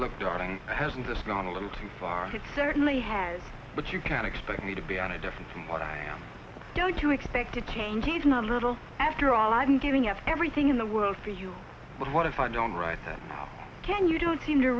look darling hasn't this gone a little too far it certainly has but you can't expect me to be on a different from what i am don't you expect to change even a little after all i'm giving up everything in the world for you but what if i don't right can you don't seem to